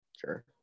sure